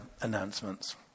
announcements